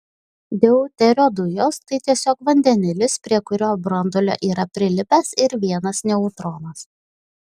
deuterio dujos tai tiesiog vandenilis prie kurio branduolio yra prilipęs ir vienas neutronas